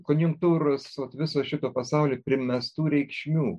konjunktūros vat viso šito pasaulio primestų reikšmių